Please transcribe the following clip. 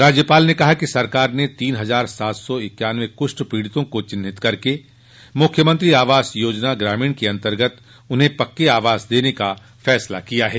राज्यपाल ने कहा कि सरकार ने तीन हजार सात सौ इक्यानवें कुष्ठ पीड़ितों को चिन्हित करके मुख्यमंत्री आवास योजना ग्रामीण के अन्तर्गत उन्हें पक्के आवास देने का निर्णय किया है